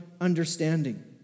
understanding